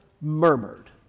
murmured